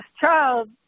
child